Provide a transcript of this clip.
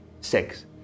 sex